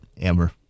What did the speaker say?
Amber